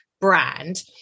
brand